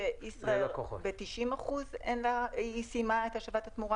ישראייר סיימה ב-90% את השבת התמורה,